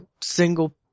single